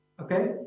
Okay